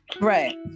Right